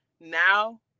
Now